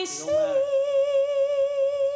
see